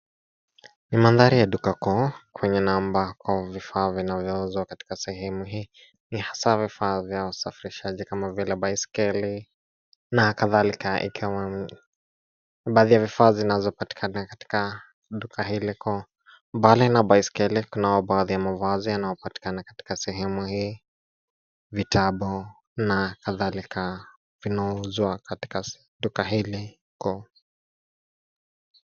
Ni mandhari ya duka kuu, kwenye namba au vifaa vinavyouzwa katika sehemu hii ni haswa vifaa vya usafirishaji kama vile baiskeli na kadhalika. Baadhi ya vifaa zinazopatikana katika duka hili kuu. Mbali na baiskeli kunao baadhi ya mavazi yanayopatikana katika sehemu hii. Vitabu na kadhalika vinauzwa katika duka hili kuu.